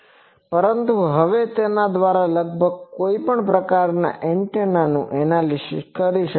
પરંતુ હવે તેના દ્વારા લગભગ કોઈપણ પ્રકારના એન્ટેનાનું એનાલિસીસ કરી શકાય છે